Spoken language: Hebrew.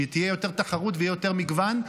שתהיה יותר תחרות ויהיה יותר מגוון.